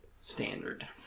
Standard